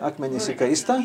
akmenys įkaista